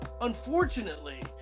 unfortunately